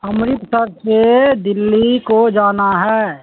امرتسر سے دلی کو جانا ہے